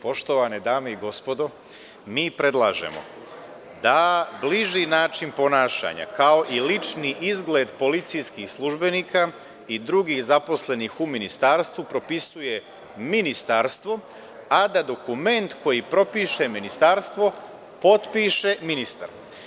Poštovane dame i gospodo, mi predlažemo da bliži način ponašanja, kao i lični izgled policijskih službenika i drugih zaposlenih u ministarstvu propisuje ministarstvo, a da dokument koji propiše ministarstvo potpiše ministar.